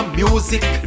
music